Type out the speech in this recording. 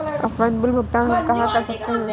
Offline bill भुगतान हम कहां कर सकते हैं?